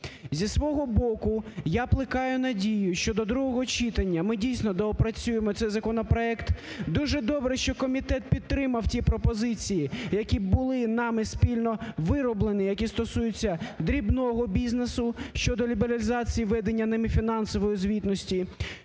Зі свого боку, я плекаю надію, що до другого читання ми, дійсно, доопрацюємо цей законопроект. Дуже добре, що комітет підтримав ті пропозиції, які були нами спільно вироблені, які стосуються дрібного бізнесу щодо лібералізації введення ними фінансової звітності.